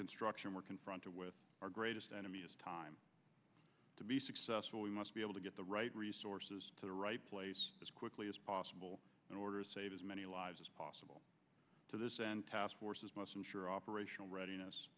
construction we're confronted with our greatest enemy is time to be successful we must be able to get the right resources to the right place as quickly as possible in order to save as many lives as possible to the task forces must ensure operational readiness